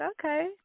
okay